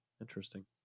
Interesting